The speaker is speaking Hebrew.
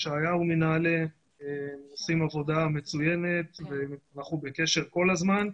לישעיהו מנעל"ה שעושים עבודה מצוינת ואנחנו כל הזמן בקשר.